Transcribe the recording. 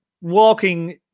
walking